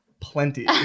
plenty